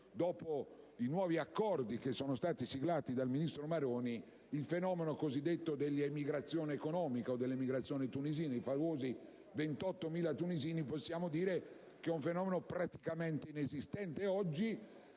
dopo i nuovi accordi che sono stati siglati dal ministro Maroni, il fenomeno cosiddetto dell'emigrazione economica, o dell'emigrazione tunisina (pensiamo ai famosi 28.000 tunisini), possiamo definirlo come praticamente inesistente, oggi.